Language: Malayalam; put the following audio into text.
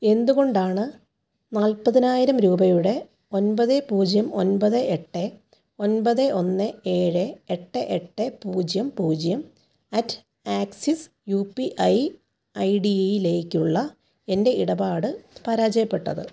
എന്തുകൊണ്ടാണ് നാൽപ്പതിനായരം രൂപയുടെ ഒമ്പത് പൂജ്യം ഒൻപത് എട്ട് ഒൻപത് ഒന്ന് ഏഴ് എട്ട് എട്ട് പൂജ്യം പൂജ്യം at Axis U P I ഐഡിയിലേക്കുള്ള എൻ്റെ ഇടപാട് പരാജയപ്പെട്ടത്